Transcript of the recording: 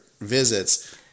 visits